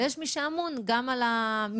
ויש מי שאמון גם על המסביב.